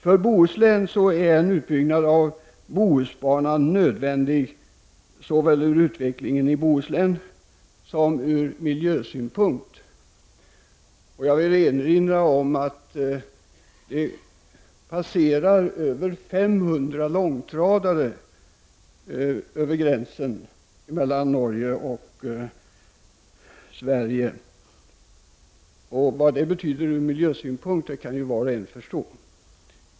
För Bohuslän är en utbyggnad av Bohusbanan nödvändig, såväl med hänsyn till utvecklingen i Bohuslän som ur miljösynpunkt. Jag vill erinra om att över 500 långtradare passerar över gränsen mellan Norge och Sverige. Vad det betyder ur miljösynpunkt kan ju var och en förstå.